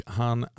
han